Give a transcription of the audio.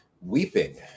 weeping